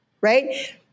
right